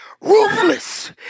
Ruthless